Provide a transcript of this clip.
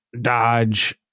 Dodge